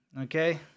Okay